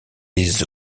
des